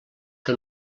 que